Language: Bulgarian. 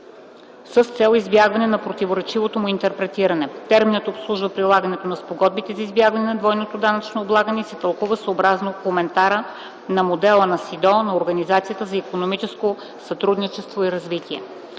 с цел избягване на противоречивото му интерпретиране. Терминът обслужва прилагането на спогодбите за избягване на двойното данъчно облагане и се тълкува съобразно Коментара на Модела на СИДДО на Организацията за икономическо сътрудничество и развитие;